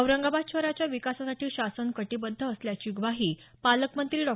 औरंगाबाद शहराच्या विकासासाठी शासन कटीबद्ध असल्याची ग्वाही पालकमंत्री डॉ